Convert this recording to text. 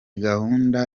gahunda